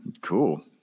Cool